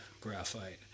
graphite